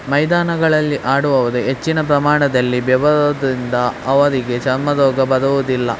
ಮೈದಾನಗಳಲ್ಲಿ ಆಡುವವರೇ ಹೆಚ್ಚಿನ ಪ್ರಮಾಣದಲ್ಲಿ ಬೆವರೋದರಿಂದ ಅವರಿಗೆ ಚರ್ಮರೋಗ ಬರುವುದಿಲ್ಲ